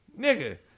Nigga